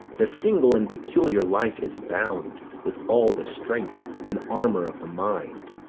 the single and peculiar life is bound, with all the strength and armour of the mind,